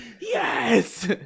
yes